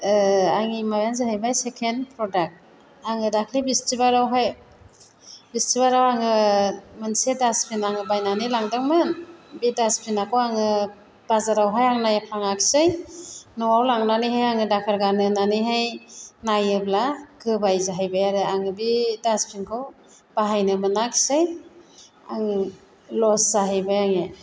आंनि माबाया जाहैबाय सेकेन्ड प्रडाक्ट आङो दाख्लै बिस्थिबारावहाय बिस्थिबाराव आङो मोनसे डास्टबिन आङो बायनानै लांदोंमोन बे डास्टबिनाखौ आङो बाजारावहाय आं नायफ्लाङाखिसै न'आव लांनानैहाय आङो दाखोर गारनो होननानैहाय नायोब्ला गोबाय जाहैबाय आरो आंनि बे डास्टबिनखौ बाहायनो मोनाखिसै आङो लस जाहैबाय आंने